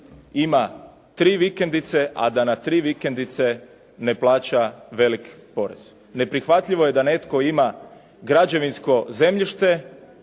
ima tri vikendice, a da na tri vikendice ne plaća veliki porez. Neprihvatljivo je da netko ima građevinsko zemljište